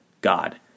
God